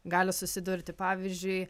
gali susidurti pavyzdžiui